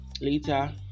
later